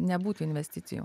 nebūti investicijų